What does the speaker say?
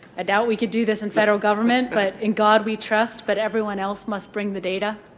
ah doubt we could do this in federal government, but in god we trust, but everyone else must bring the data.